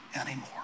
anymore